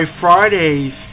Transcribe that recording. Fridays